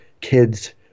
kids